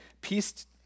peace